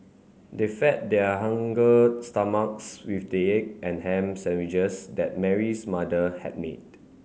they fed their stomachs with the egg and ham sandwiches that Mary's mother had made